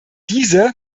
diese